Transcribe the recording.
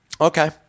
Okay